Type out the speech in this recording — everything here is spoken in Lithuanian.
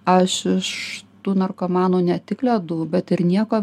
aš iš tų narkomanų ne tik ledų bet ir nieko